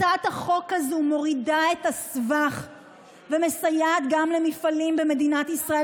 הצעת החוק הזאת מורידה את הסבך ומסייעת גם למפעלים במדינת ישראל,